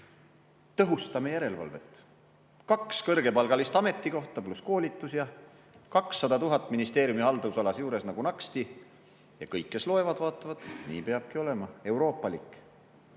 tõhustame järelevalvet: kaks kõrgepalgalist ametikohta pluss koolitus, ja 200 000 eurot on ministeeriumi haldusalas juures nagu naksti." Ja kõik, kes loevad, vaatavad, et nii peabki olema – euroopalik.